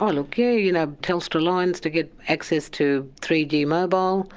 ah look, yeah, you know telstra lines to get access to three g mobile